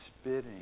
spitting